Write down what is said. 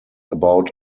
about